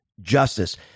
justice